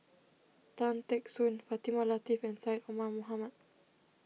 Tan Teck Soon Fatimah Lateef and Syed Omar Mohamed